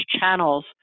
channels